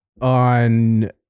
on